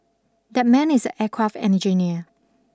that man is a aircraft engineer